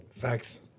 Facts